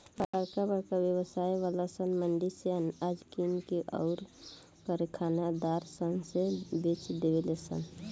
बरका बरका व्यवसाय वाला सन मंडी से अनाज किन के अउर कारखानेदार सन से बेच देवे लन सन